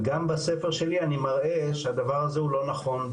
וגם בספר שלי אני מראה שהדבר הזה הוא לא נכון,